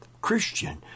Christian